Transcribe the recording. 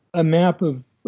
a map of